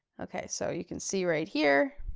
okay, so you can see right here,